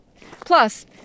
Plus